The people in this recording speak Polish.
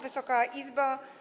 Wysoka Izbo!